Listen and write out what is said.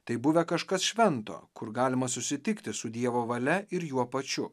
tai buvę kažkas švento kur galima susitikti su dievo valia ir juo pačiu